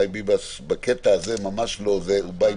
חיים ביבס בקטע הזה ממש לא פוליטי.